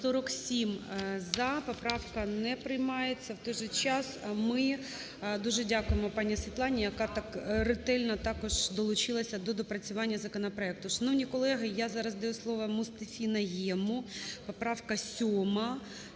За-47 Поправка не приймається. У той же час ми дуже дякуємо пані Світлані, яка так ретельно також долучилася до доопрацювання законопроекту. Шановні колеги, я зараз даю слово МустафіНайєму, поправка 7.